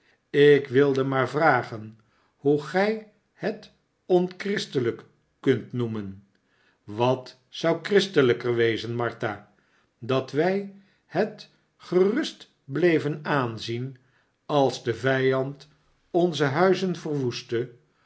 zachtzinnigik wilde maar vragen hoe gij het onchristelijk kunt noemen wat zou christelijker wezen martha dat wij het gerust bleven aanzien als de vijand onze huizen verwoestte